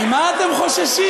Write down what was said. ממה אתם חוששים?